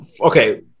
okay